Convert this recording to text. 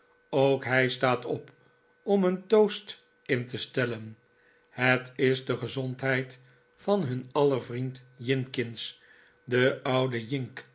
ook hij staat op om een toast in te stellen het is de gezondheid van hun aller vriend jinkins den o uden